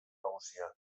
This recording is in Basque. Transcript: nagusia